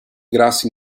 grassi